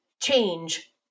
change